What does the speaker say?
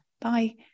Bye